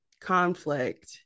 conflict